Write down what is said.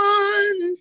one